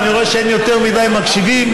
ואני רואה שאין יותר מדי מקשיבים.